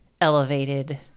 elevated